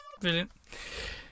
brilliant